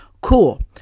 Cool